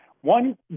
One